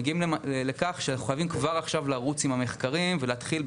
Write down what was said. מגיעים לכך שאנחנו חייבים לרוץ עם המחקרים כבר עכשיו ולהתחיל,